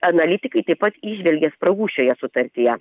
analitikai taip pat įžvelgė spragų šioje sutartyje